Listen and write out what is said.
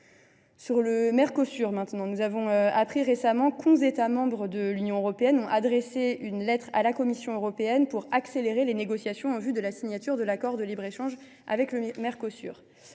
le Mercosur, nous avons appris récemment que onze États membres de l’UE avaient adressé une lettre à la Commission européenne pour accélérer les négociations en vue de la signature de l’accord de libre échange avec cette